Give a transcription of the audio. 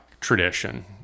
Tradition